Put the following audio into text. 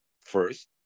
first